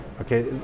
okay